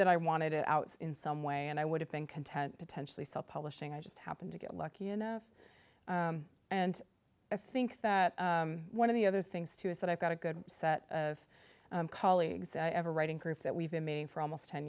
that i wanted it out in some way and i would have been content potentially self publishing i just happened to get lucky enough and i think that one of the other things too is that i've got a good set of colleagues i ever write in groups that we've been meeting for almost ten